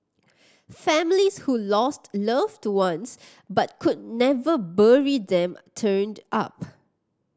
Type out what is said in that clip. families who lost loved ones but could never bury them turned up